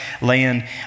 land